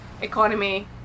economy